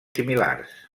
similars